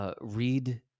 Read